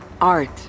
art